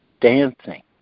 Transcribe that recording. dancing